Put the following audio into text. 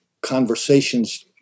conversations